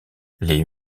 les